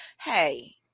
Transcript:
Hey